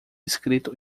escrito